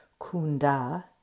Kunda